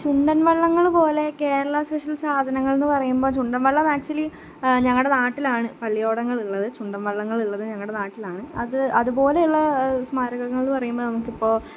ചുണ്ടൻവള്ളങ്ങൾ പോലെ കേരള സ്പെഷൽ സാധനങ്ങൾ എന്നു പറയുമ്പോൾ ചുണ്ടൻവള്ളം ആക്ച്വലി ഞങ്ങളുടെ നാട്ടിലാണ് പള്ളിയോടങ്ങൾ ഉള്ളത് ചുണ്ടൻവള്ളങ്ങൾ ഉള്ളത് ഞങ്ങളുടെ നാട്ടിലാണ് അത് അതുപോലെ ഉള്ള സ്മാരകങ്ങൾ എന്നു പറയുമ്പോൾ നമുക്കിപ്പോൾ